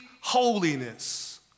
holiness